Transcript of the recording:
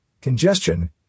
congestion